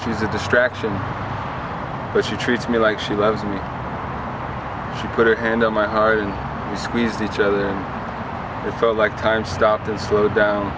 is a distraction but she treats me like she loves me she put her hand on my heart and squeezed each other it felt like time stopped and slowed down